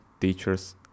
teachers